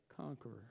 conqueror